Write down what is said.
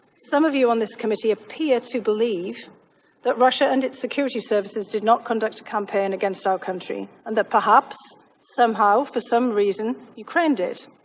some of you on this committee appear to believe that russia and its security services did not conduct a campaign against our country and that perhaps somehow for some reason ukraine did.